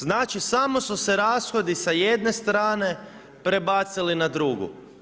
Znači samo su se rashodi sa jedne strane, prebacili na drugu.